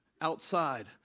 outside